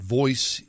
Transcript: voice